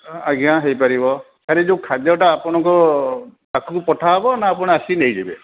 ଅଁ ଆଜ୍ଞା ହୋଇପାରିବ ସାର୍ ଏଇ ଯେଉଁ ଖାଦ୍ୟଟା ଆପଣଙ୍କ ପାଖକୁ ପଠାହେବ ନା ଆପଣ ଆସିକି ନେଇଯିବେ